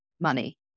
money